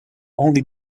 only